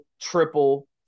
triple